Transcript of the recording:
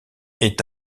est